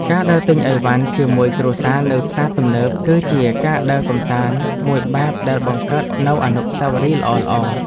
ការដើរទិញអីវ៉ាន់ជាមួយគ្រួសារនៅផ្សារទំនើបគឺជាការដើរកម្សាន្តមួយបែបដែលបង្កើតនូវអនុស្សាវរីយ៍ល្អៗ។